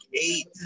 Eight